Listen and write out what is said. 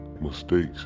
mistakes